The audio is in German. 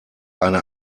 eine